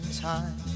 time